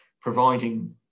providing